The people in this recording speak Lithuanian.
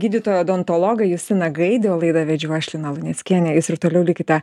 gydytoją odontologą jusiną gaidį o laidą vedžiau aš lina luneckienė jūs ir toliau likite